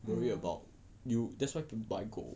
mm